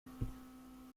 tun